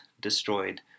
destroyed